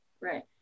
Right